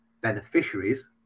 beneficiaries